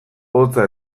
hotza